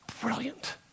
brilliant